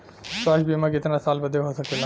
स्वास्थ्य बीमा कितना साल बदे हो सकेला?